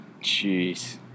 Jeez